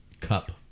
cup